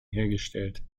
hergestellt